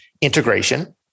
integration